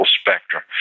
spectrum